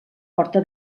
porta